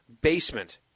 basement